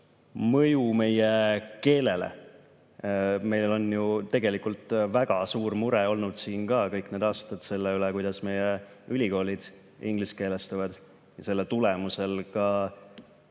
mõju meie keelele. Meil on ju tegelikult väga suur mure olnud kõik need aastad selle pärast, kuidas meie ülikoolid ingliskeelestuvad ja selle tulemusel saab suure